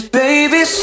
baby